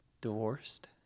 divorced